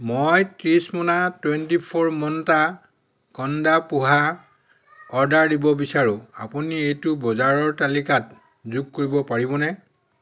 মই ত্ৰিছ মোনা twenty four Mantra kanda poha order দিব বিচাৰোঁ আপুনি এইটো বজাৰৰ তালিকাত যোগ কৰিব পাৰিবনে